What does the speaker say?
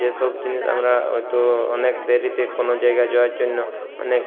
যেসব জিনিস আমরা হয়তো অনেক দেরিতে কোনো জায়গায় যাওয়ার জন্য অনেক